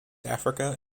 africa